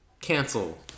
Cancel